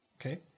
Okay